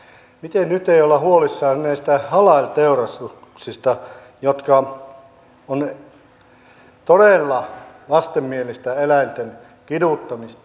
miten nyt ei olla huolissaan näistä halal teurastuksista jotka ovat todella vastenmielistä eläinten kiduttamista